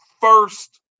first